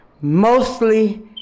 Mostly